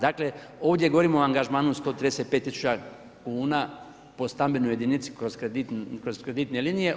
Dakle ovdje govorimo o angažmanu od 135 000 kuna po stambenoj jedinici kroz kreditne linije.